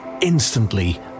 instantly